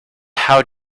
how